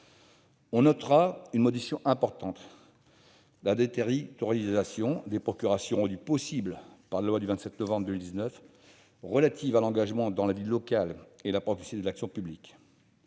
On notera une modification importante : la « déterritorialisation » des procurations rendue possible par la loi du 27 décembre 2019 relative à l'engagement dans la vie locale et à la proximité de l'action publique.